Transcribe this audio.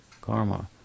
karma